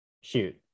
shoot